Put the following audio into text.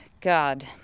God